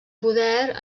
poder